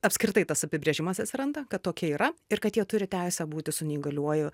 apskritai tas apibrėžimas atsiranda kad tokia yra ir kad jie turi teisę būti su neįgaliuoju